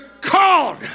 called